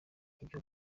ibyo